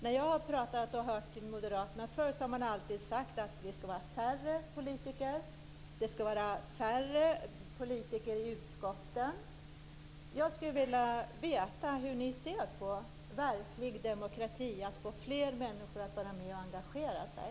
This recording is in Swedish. När jag har hört moderaterna förr har man alltid sagt det skall vara färre politiker. Det skall vara färre politiker i utskotten. Jag skulle vilja veta hur ni ser på verklig demokrati, dvs. att få fler människor att vara med och engagera sig.